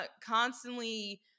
constantly